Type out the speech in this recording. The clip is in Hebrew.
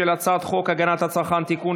הצעת חוק הגנת הצרכן (תיקון,